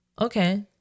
okay